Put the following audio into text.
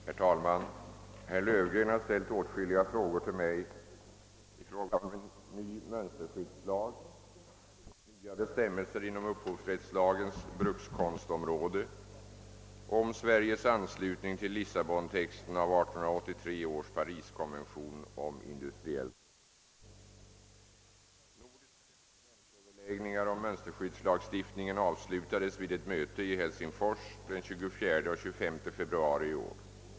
Herr talman! Herr Löfgren har ställt frågor till mig beträffande ny mönsterskyddslag, nya bestämmelser inom upphovsrättslagens brukskonstområde och om Sveriges anslutning till Lissabontexten av 1883 års Pariskonvention om industriellt rättsskydd. Nordiska departementsöverläggningar om mönsterskyddslagstiftningen avslutades vid ett möte i Helsingfors den 24—25 februari i år.